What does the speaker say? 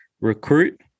recruit